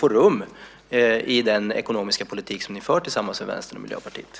Får den rum i den ekonomiska politik som ni för tillsammans med Vänstern och Miljöpartiet?